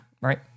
right